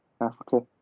Africa